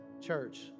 church